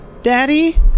Daddy